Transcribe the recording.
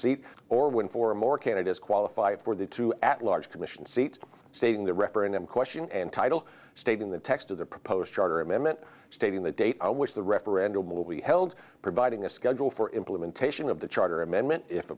seat or when for a more candidates qualified for the two at large commission seats stating the referendum question and title state in the text of the proposed charter amendment stating the date on which the referendum will be held providing a schedule for implementation of the charter amendment if